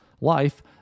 Life